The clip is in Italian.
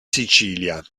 sicilia